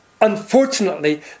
unfortunately